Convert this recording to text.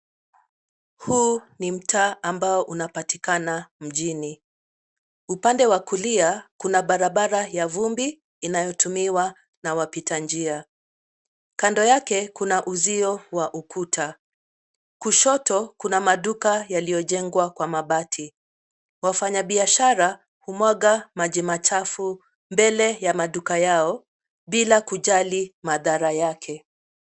Huu ni mtaa ambao unapatikana mjini. Upande wa kulia , kuna barabara ya vumbi inayotumiwa na wapita njia. Kando yake kuna uzio wa ukuta, kushoto kuna maduka yaliyojengwa kwa mabati. Wafanyabiashara kumwaga maji matafu mbele ya maduka yao bila kujali madhara yake.